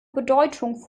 bedeutung